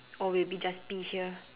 or maybe just pee here